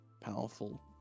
powerful